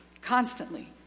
constantly